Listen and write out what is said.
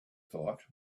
thought